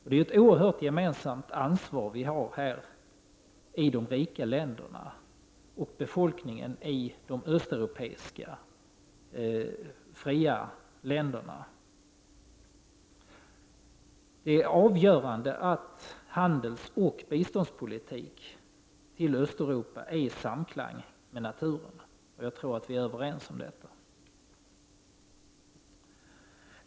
Det är ett oerhört ansvar vi här i de rika länderna har gemensamt med befolkningen i de östeuropeiska fria länderna. Det är avgörande att handel och biståndspolitik när det gäller Östeuropa är i samklang med naturen. Jag tror vi är överens om detta.